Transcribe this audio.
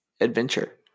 Adventure